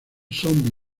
son